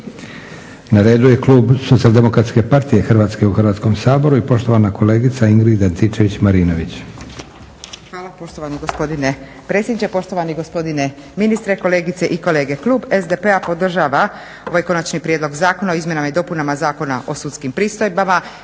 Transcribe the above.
Na redu je klub Socijaldemokratske partije Hrvatske u Hrvatskom saboru i poštovana kolegica Ingrid Antičević-Marinović.